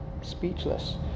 speechless